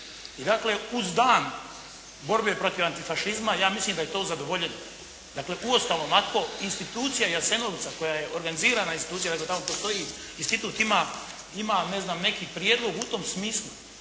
I uz Dan borbe protiv antifašizma ja mislim da je to zadovoljeno. Uostalom ako institucija Jasenovca koja je organizirana institucija, dakle tamo postoji, institut ima neki prijedlog u tom smislu